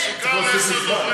את יכולה לדאוג פה לשקט?